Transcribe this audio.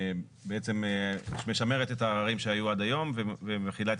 שבעצם משמרת את העררים שהיו עד היום ומחילה את